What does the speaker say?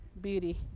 beauty